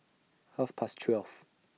Half Past twelve